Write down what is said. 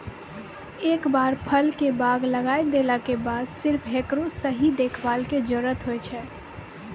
एक बार फल के बाग लगाय देला के बाद सिर्फ हेकरो सही देखभाल के जरूरत होय छै